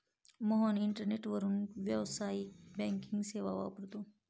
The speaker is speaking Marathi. मोहन इंटरनेटवरून व्यावसायिक बँकिंग सेवा वापरतो